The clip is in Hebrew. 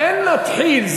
אין נתחיל.